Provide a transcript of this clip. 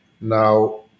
now